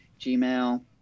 Gmail